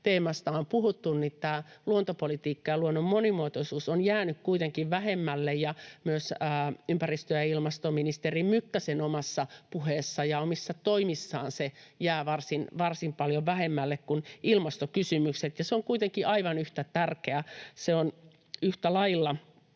teemasta on puhuttu — tämä luontopolitiikka ja luonnon monimuotoisuus ovat jääneet kuitenkin vähemmälle. Myös ympäristö- ja ilmastoministeri Mykkäsen omassa puheessa ja omissa toimissa se jää varsin paljon vähemmälle kuin ilmastokysymykset, ja se on kuitenkin aivan yhtä tärkeää. Se on yhtä lailla